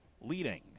leading